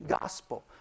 gospel